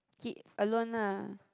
he alone lah